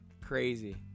Crazy